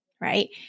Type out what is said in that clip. right